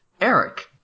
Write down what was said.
Eric